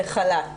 לחל"ת?